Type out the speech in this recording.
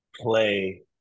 play